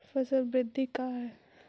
फसल वृद्धि का है?